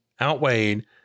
outweighed